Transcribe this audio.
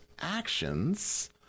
actions